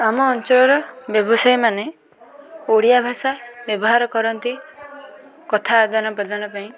ଆମ ଅଞ୍ଚଳର ବ୍ୟବସାୟୀମାନେ ଓଡ଼ିଆ ଭାଷା ବ୍ୟବହାର କରନ୍ତି କଥା ଆଦାନ ପ୍ରଦାନପାଇଁ